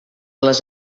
les